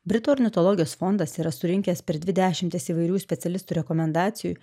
britų ornitologijos fondas yra surinkęs per dvi dešimtis įvairių specialistų rekomendacijų